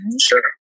sure